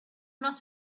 not